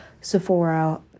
Sephora